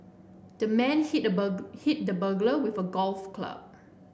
the man hit the burg hit the burglar with a golf club